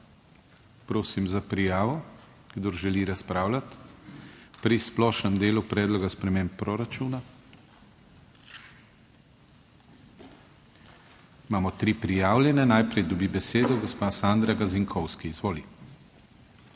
prosim za prijavo, kdor želi razpravljati pri splošnem delu predloga sprememb proračuna. Imamo tri prijavljene. Najprej dobi besedo gospa Sandra Gazinkovski, izvoli.